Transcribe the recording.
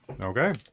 Okay